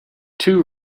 two